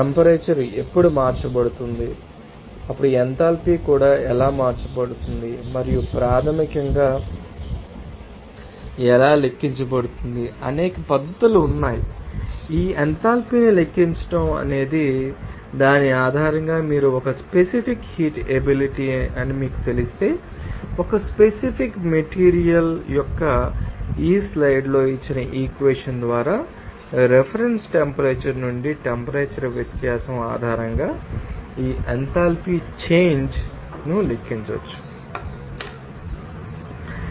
temperature ఎప్పుడు మార్చబడుతుందో అప్పుడు ఎంథాల్పీ కూడా ఎలా మార్చబడుతుంది మరియు ప్రాథమికంగా ఎలా లెక్కించబడుతుంది అనేక పద్ధతులు ఉన్నాయి మీకు తెలుసా ఈ ఎంథాల్పీని లెక్కించండి అనే దాని ఆధారంగా మీరు ఒక స్పెసిఫిక్ హీట్ ఎబిలిటీ అని మీకు తెలిస్తే ఒక స్పెసిఫిక్ మెటీరియల్ యొక్క ఈ స్లైడ్లో ఇచ్చిన ఈ ఈక్వెషన్ ద్వారా రిఫరెన్స్ టెంపరేచర్ నుండి టెంపరేచర్ వ్యత్యాసం ఆధారంగా ఈ ఎంథాల్పీ చేంజ్ ను లెక్కించవచ్చు